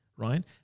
Right